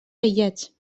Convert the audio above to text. aïllats